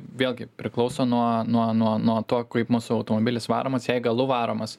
vėlgi priklauso nuo nuo nuo nuo to kaip mūsų automobilis varomas jei galu varomas